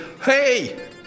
hey